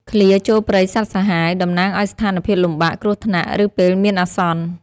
ឃ្លា «ចូលព្រៃសត្វសាហាវ» តំណាងឱ្យស្ថានភាពលំបាក គ្រោះថ្នាក់ ឬពេលមានអាសន្ន។